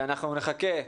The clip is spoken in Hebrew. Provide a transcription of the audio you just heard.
ואנחנו נחכה,